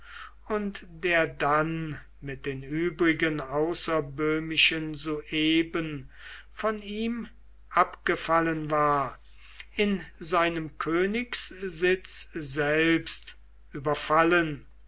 und der dann mit den übrigen außerböhmischen sueben von ihm abgefallen war in seinem königssitz selbst überfallen